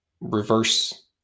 reverse